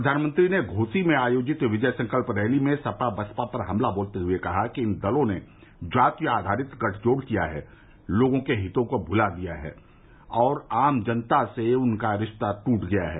प्रधानमंत्री ने घोसी में आयोजित विजय संकल्प रैली में सपा बसपा पर हमला बोलते हुए कहा कि इन दलों ने जाति आधारित गठजोड़ किया है लोगों के हितों को भुला दिया है और आम जनता से उनका रिश्ता दूट गया है